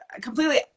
completely